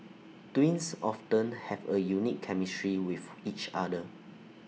twins often have A unique chemistry with each other